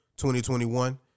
2021